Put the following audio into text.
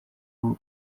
uri